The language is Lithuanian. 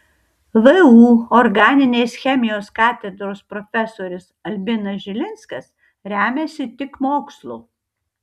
vu organinės chemijos katedros profesorius albinas žilinskas remiasi tik mokslu